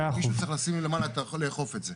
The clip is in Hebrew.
מישהו צריך לשים למעלה, לאכוף את זה.